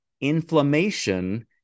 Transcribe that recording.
inflammation